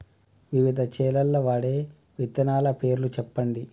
వివిధ చేలల్ల వాడే విత్తనాల పేర్లు చెప్పండి?